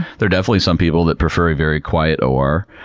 they're definitely some people that prefer a very quiet or.